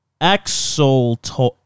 axolotl